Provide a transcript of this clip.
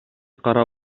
кара